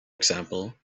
example